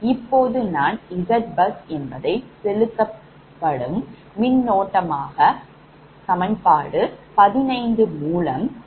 இப்போது நான் Zbus என்பதை செலுத்தப்படும் மின்னோட்டமாக சமன்பாடு 15 மூலம் கண்டறிய இருக்கிறேன்